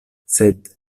sed